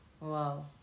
Wow